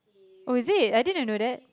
oh is it I didn't know that